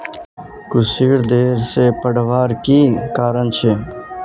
कुशी देर से बढ़वार की कारण छे?